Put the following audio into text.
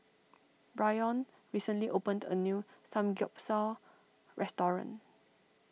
Brion recently opened a new Samgyeopsal restaurant